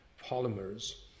polymers